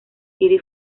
city